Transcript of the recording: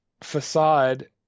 Facade